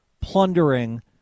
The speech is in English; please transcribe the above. plundering